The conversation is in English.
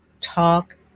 talk